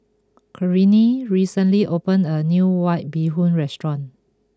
Corene recently opened a new White Bee Hoon restaurant